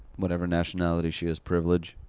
whatever nationality she is privilege.